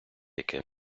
яке